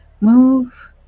move